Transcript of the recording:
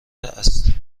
است